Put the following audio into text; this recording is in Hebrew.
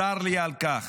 צר לי על כך,